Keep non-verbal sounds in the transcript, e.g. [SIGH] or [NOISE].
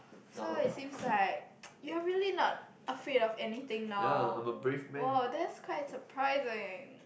so it seems like [NOISE] you are really not afraid of anything now !wow! that's quite surprising